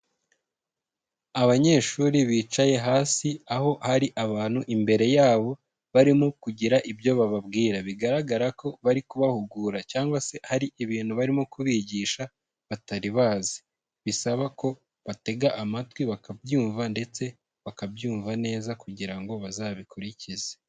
Abanyeshuri bicaye hasi aho hari abantu imbere yabo barimo kugira ibyo bababwira. Bigaragara ko barikubahugura cyangwa se hari ibintu barimo kubigisha batari bazi bisaba ko batega amatwi bakabyumva ndetse bakabyumva neza kugira ngo bazabikurikize.